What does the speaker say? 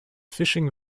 fishing